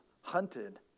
hunted